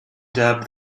dubbed